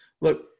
look